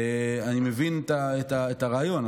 אני מבין את הרעיון.